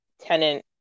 Tenant